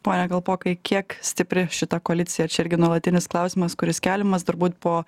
pone kalpokai kiek stipri šita koalicija čia irgi nuolatinis klausimas kuris keliamas turbūt po